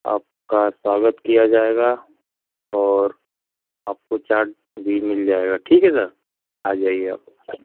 आपका स्वागत किया जाएगा और आपको चाट भी मिल जाएगा ठीक हे सर आ जाएं आप